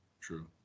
true